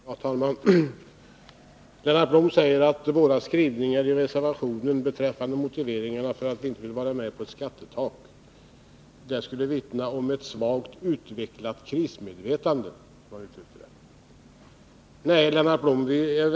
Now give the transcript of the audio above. Herr talman! Lennart Blom säger att våra skrivningar i reservationen beträffande motiveringarna för att inte gå med på ett skattetak vittnar om ett svagt utvecklat krismedvetande. Nej, Lennart Blom, det gör de inte.